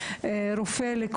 רופא.